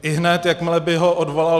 Ihned, jakmile by ho odvolal...